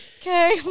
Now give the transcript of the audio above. Okay